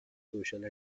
social